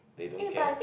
they don't care